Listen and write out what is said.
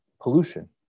Pollution